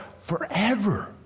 forever